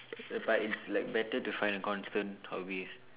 but it's like better to find a constant hobby